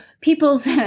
people's